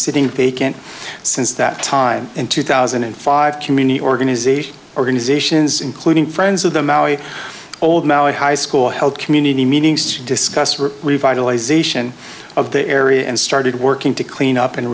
sitting vacant since that time in two thousand and five community organization organizations including friends of the maui old maui high school held community meetings to discuss revitalization of the area and started working to clean up and